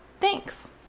Thanks